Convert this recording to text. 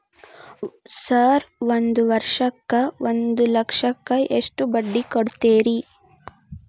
Sir ಒಂದು ವರ್ಷಕ್ಕ ಒಂದು ಲಕ್ಷಕ್ಕ ಎಷ್ಟು ಬಡ್ಡಿ ಕೊಡ್ತೇರಿ?